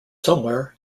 somewhere